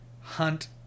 hunt